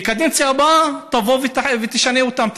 בקדנציה הבאה היא תבוא ותשנה אותם,